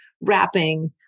wrapping